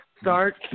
start